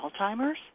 Alzheimer's